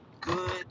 good